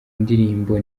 indirimbo